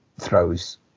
throws